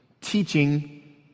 teaching